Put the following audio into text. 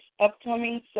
upcoming